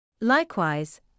Likewise